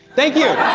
thank you!